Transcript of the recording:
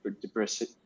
depressive